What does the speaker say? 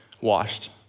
washed